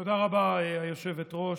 תודה רבה, היושבת-ראש.